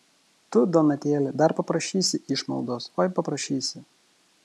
tu donatėli dar paprašysi išmaldos oi paprašysi